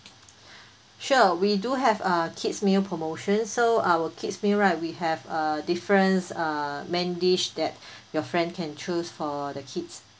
sure we do have a kids meal promotion so our kids meal right we have a different uh main dish that your friend can choose for the kids